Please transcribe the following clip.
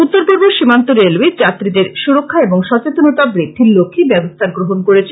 উত্তরপূর্ব সীমান্ত রেলওয়ে যাত্রীদের সুরক্ষা এবং সচেতনতা বৃদ্ধির লক্ষ্যে ব্যবস্থা গ্রহণ করেছে